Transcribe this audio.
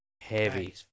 Heavy